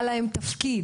שהיה להם תפקיד.